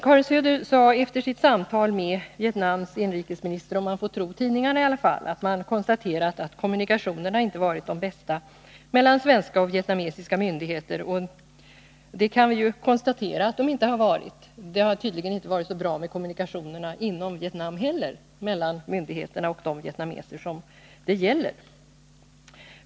Karin Söder sade efter sitt samtal med Vietnams inrikesminister — om man får tro tidningarna — att det konstaterats att kommunikationerna inte varit de bästa mellan svenska och vietnamesiska myndigheter. Och även vi kan ju konstatera att de inte har varit det. Det har tydligen inte varit så bra kommunikationer inom Vietnam heller mellan myndigheterna och de vietnameser som det gäller.